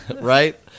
right